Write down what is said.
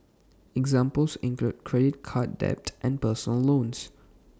examples include credit card debt and personal loans